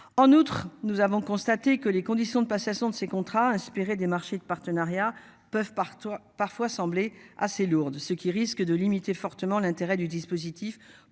En outre, nous avons constaté que les conditions de passation de ces contrats inspiré des marchés de partenariats peuvent parfois parfois semblé assez lourde, ce qui risque de limiter fortement l'intérêt du dispositif